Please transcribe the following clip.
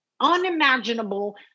unimaginable